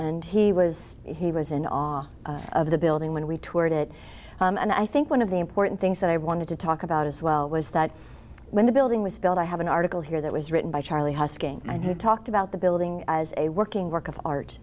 and he was he was in awe of the building when we toured it and i think one of the important things that i wanted to talk about as well was that when the building was built i have an article here that was written by charlie husking and he talked about the building as a working work of art